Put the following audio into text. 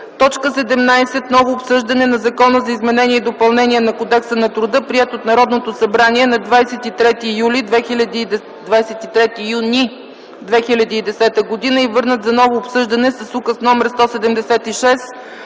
г.). 17. Ново обсъждане на Закона за изменение и допълнение на Кодекса на труда, приет от Народното събрание на 23 юни 2010 г., и върнат за ново обсъждане с Указ № 176